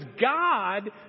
God